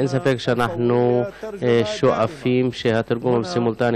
אין ספק שאנחנו שואפים שהתרגום הסימולטני